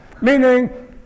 meaning